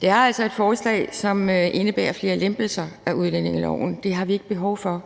Det er altså et forslag, som indebærer flere lempelser af udlændingeloven, og det har vi ikke behov for.